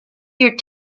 your